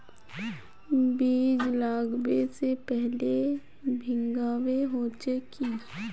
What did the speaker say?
बीज लागबे से पहले भींगावे होचे की?